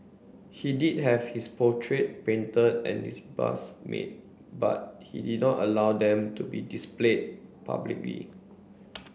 he did have his portrait painted and his bust made but he did not allow them to be displayed publicly